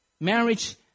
Marriage